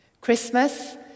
Christmas